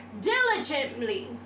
diligently